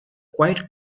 quiet